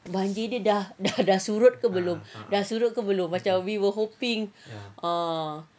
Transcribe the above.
banjir dia dah dah surut ke belum macam we were hoping ah